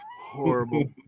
horrible